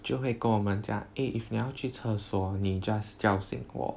就会跟我们讲 eh if 你要去厕所你 just 叫醒我